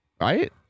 Right